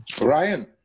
Ryan